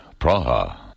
Praha